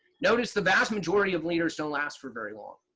notice the vast majority of leaders don't last for very long.